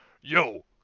yo